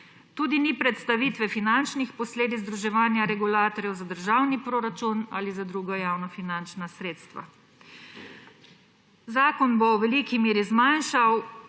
Tudi ni predstavitve finančnih posledic združevanja regulatorjev za državni proračun ali za druga javnofinančna sredstva. Zakon bo v veliki meri zmanjšal